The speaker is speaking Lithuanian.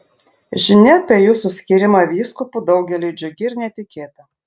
žinia apie jūsų skyrimą vyskupu daugeliui džiugi ir netikėta